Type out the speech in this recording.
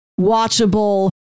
watchable